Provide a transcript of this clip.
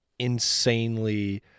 insanely